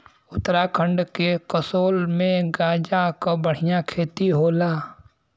उत्तराखंड के कसोल में गांजा क बढ़िया खेती होला